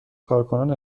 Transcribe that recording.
کارکنان